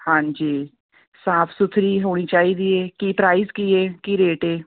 ਹਾਂਜੀ ਸਾਫ਼ ਸੁਥਰੀ ਹੋਣੀ ਚਾਹੀਦੀ ਹੈ ਕੀ ਪ੍ਰਾਈਜ਼ ਕੀ ਹੈ ਕੀ ਰੇਟ ਹੈ